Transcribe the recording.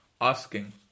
asking